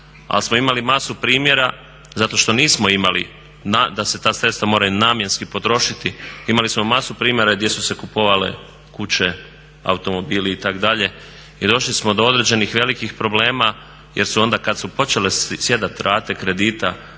Ali smo imali masu primjera zato što nismo imali da se ta sredstva moraju namjenski potrošiti, imali smo masu primjera gdje su se kupovale kuće, automobili itd. i došli smo do određenih velikih problema jer su onda kad su počele sjedat rate naši